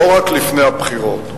לא רק לפני הבחירות,